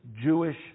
Jewish